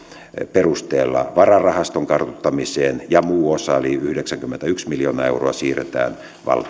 perusteella vararahaston kartuttamiseen ja muu osa eli yhdeksänkymmentäyksi miljoonaa euroa siirretään valtion